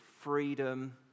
freedom